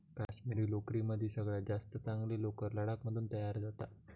काश्मिरी लोकरीमदी सगळ्यात जास्त चांगली लोकर लडाख मधून तयार जाता